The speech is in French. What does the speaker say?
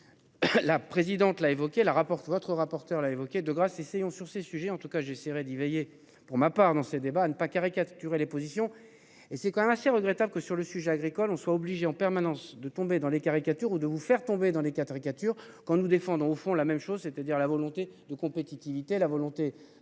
La présidente là la rapporte votre rapporteur l'a évoqué, de grâce, essayons sur ces sujets. En tout cas j'essaierai d'y veiller. Pour ma part dans ces débats ne pas caricaturer les positions et c'est quand même assez regrettable que sur le sujet agricole on soit obligés en permanence de tomber dans les caricatures ou de vous faire tomber dans les caricatures quand nous défendons au fond la même chose, c'est-à-dire la volonté de compétitivité, la volonté de